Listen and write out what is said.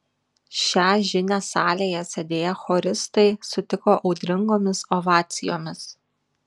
šią žinią salėje sėdėję choristai sutiko audringomis ovacijomis